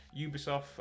Ubisoft